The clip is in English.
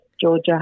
Georgia